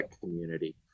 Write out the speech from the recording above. community